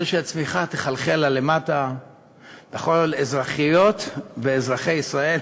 הרי שהצמיחה תחלחל לה למטה וכל אזרחיות ואזרחי ישראל